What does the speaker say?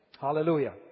Hallelujah